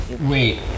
wait